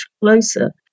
closer